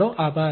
તમારો આભાર